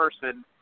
person